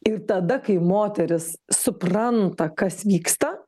ir tada kai moteris supranta kas vyksta